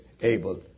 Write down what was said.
able